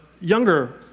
younger